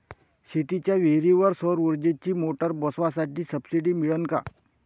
शेतीच्या विहीरीवर सौर ऊर्जेची मोटार बसवासाठी सबसीडी मिळन का?